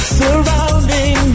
surrounding